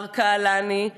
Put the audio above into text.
מר קהלני.